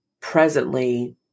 presently